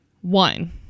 one